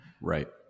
Right